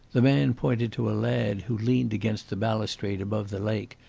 the man pointed to a lad who leaned against the balustrade above the lake,